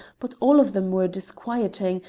but all of them were disquieting,